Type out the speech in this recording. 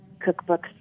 cookbooks